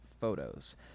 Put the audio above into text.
photos